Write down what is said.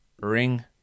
ring